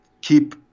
keep